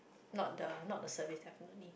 not the not the service definitely